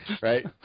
right